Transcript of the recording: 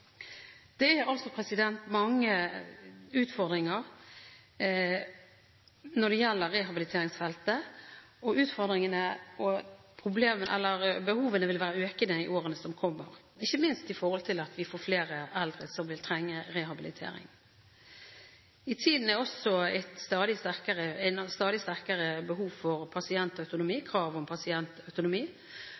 Det er altså mange utfordringer når det gjelder rehabiliteringsfeltet, og utfordringene og behovene vil være økende i årene som kommer, ikke minst med tanke på at vi får flere eldre som vil trenge rehabilitering. I tiden er også et stadig sterkere